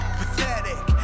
pathetic